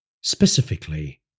specifically